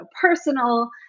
personal